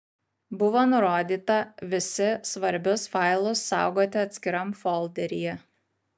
buvo nurodyta visi svarbius failus saugoti atskiram folderyje